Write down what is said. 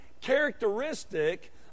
characteristic